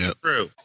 True